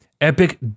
epic